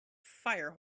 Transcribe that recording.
fire